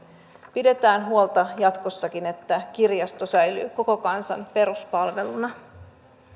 pidetään jatkossakin huolta että kirjasto säilyy koko kansan peruspalveluna arvoisa herra